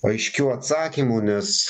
aiškių atsakymų nes